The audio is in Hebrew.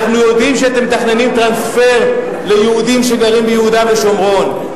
אנחנו יודעים שאתם מתכננים טרנספר ליהודים שגרים ביהודה ושומרון,